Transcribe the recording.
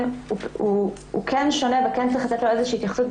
הוא שונה והצריך לתת לו איזושהי התייחסות.